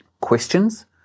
Questions